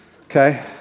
Okay